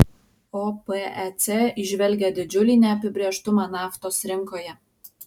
opec įžvelgia didžiulį neapibrėžtumą naftos rinkoje